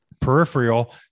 peripheral